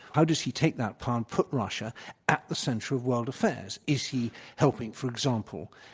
how does he take that power and put russia at the center of world affairs. is he helping, for example,